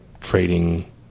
trading